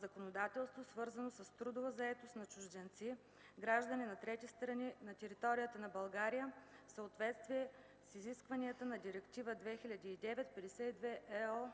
законодателство, свързано с трудова заетост на чужденци, граждани на трети страни на територията на България в съответствие с изискванията на Директива 2009/52/ЕО